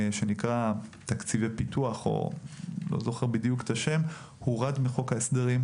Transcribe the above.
תקציבי פיתוח, הורד מחוק ההסדרים.